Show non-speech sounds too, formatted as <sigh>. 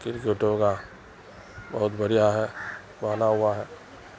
کرکٹوں کا بہت بڑھیا ہے <unintelligible> ہوا ہے